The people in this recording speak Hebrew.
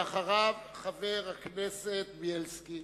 ואחריו, חבר הכנסת בילסקי.